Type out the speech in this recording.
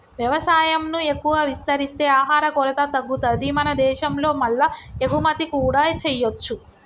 వ్యవసాయం ను ఎక్కువ విస్తరిస్తే ఆహార కొరత తగ్గుతది మన దేశం లో మల్ల ఎగుమతి కూడా చేయొచ్చు